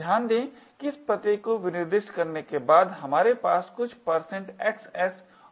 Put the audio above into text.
ध्यान दें कि इस पते को निर्दिष्ट करने के बाद और हमारे पास कुछ xs और फिर एक s है